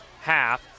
half